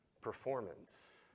performance